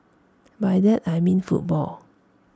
by that I mean football